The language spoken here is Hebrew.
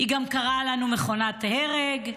היא גם קראה לנו מכונת הרג,